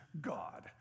God